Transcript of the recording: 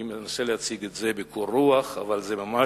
אני מנסה להציג את זה בקור רוח, אבל זה ממש,